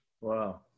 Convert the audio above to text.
Wow